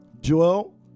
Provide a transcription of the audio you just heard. Joel